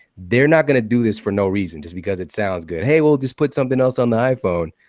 they're not going to do this for no reason just because it sounds good. hey, we'll just put something else on the iphone.